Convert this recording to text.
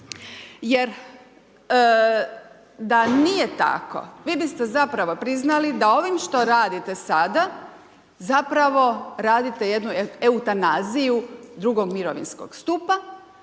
jer da nije tako vi biste zapravo priznali da ovim što radite sada zapravo radite jednu eutanaziju drugog mirovinskog stupa,